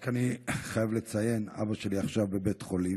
רק אני חייב לציין שאבא שלי עכשיו בבית חולים,